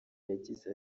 yagize